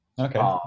Okay